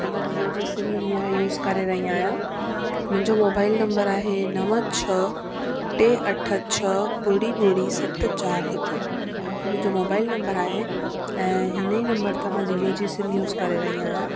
ऐं मां जीओ जी सिम हीअंर यूज़ करे रही आहियां मुंहिंजो मोबाइल नम्बर आहे नव छह टे अठ छह ॿुड़ी ॿुड़ी सत चारि हिक हीअ मुंहिंजो मोबाइल नम्बर आहे ऐं हिन ई नम्बर तां मां जीओ जी सिम यूज़ करे रही आहियां